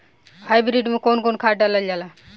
Hybrid में कउन कउन खाद डालल जाला?